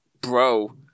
bro